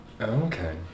okay